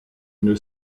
une